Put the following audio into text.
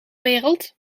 wereld